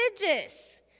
religious